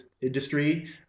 industry